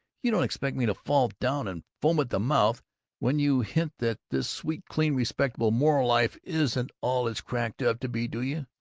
you don't expect me to fall down and foam at the mouth when you hint that this sweet, clean, respectable, moral life isn't all it's cracked up to be, do you?